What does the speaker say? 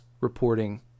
reporting